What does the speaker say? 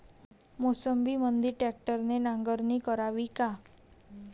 मोसंबीमंदी ट्रॅक्टरने नांगरणी करावी का?